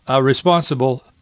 responsible